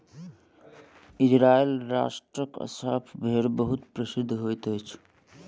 Israel राष्ट्रक Assaf भेड़ बहुत प्रसिद्ध होइत अछि